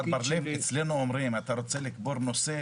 אצלנו אומרים, אם אתה רוצה לקבור נושא